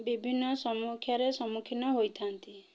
ବିଭିନ୍ନ ସମକ୍ଷାର ସମୁଖୀନ ହୋଇଥାନ୍ତି